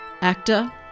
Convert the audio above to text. actor